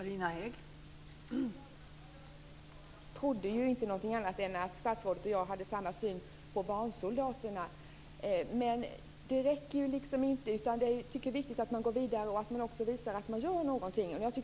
Fru talman! Jag trodde inte någonting annat än att statsrådet och jag hade samma syn på frågan om barnsoldater. Men det räcker inte, utan det är viktigt att gå vidare och visa att man gör någonting.